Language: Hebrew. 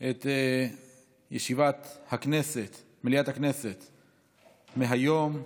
את ישיבת מליאת הכנסת היום,